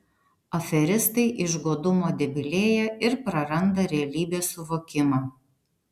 aferistai iš godumo debilėja ir praranda realybės suvokimą